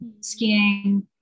skiing